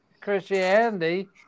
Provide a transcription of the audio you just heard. Christianity